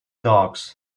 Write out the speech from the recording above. docs